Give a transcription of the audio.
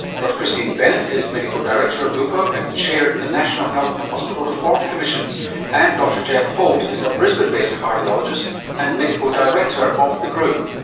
dr christine bennett is medical director of bupa and chaired the national health and hospital reform commission and dr geoff holt is a brisbane based cardiologist and medical director of the group.